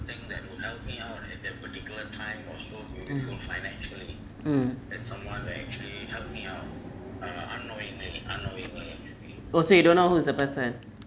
mm mm oh so you don't know who's the person